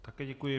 Také děkuji.